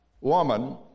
woman